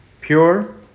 pure